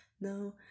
no